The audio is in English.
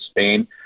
Spain